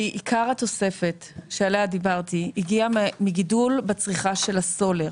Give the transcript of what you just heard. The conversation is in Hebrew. עיקר התוספת שעליה דיברתי הגיע מגידול בצריכה של הסולר.